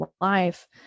life